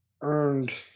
earned